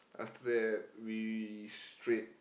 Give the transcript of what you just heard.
after that we straight